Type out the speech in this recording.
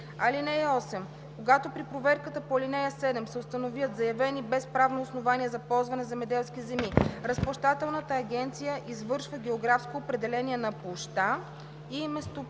3 и 4. (8) Когато при проверката по ал. 7 се установят заявени без правно основание за ползване земеделски земи, Разплащателната агенция извършва географско определяне на площта и местоположението